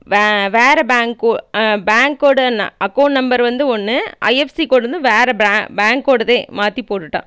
வே வேறு பேங்க்கோ பேங்க்கோட ந அக்கௌண்ட் நம்பர் வந்து ஒன்று ஐஎஃப்சி கோடு வந்து வேறு பே பேங்கோடதே மாற்றி போட்டுவிட்டான்